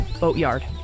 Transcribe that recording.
boatyard